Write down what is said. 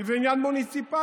כי זה עניין מוניציפלי.